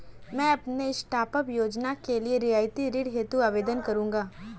मैं अपने स्टार्टअप योजना के लिए रियायती ऋण हेतु आवेदन करूंगा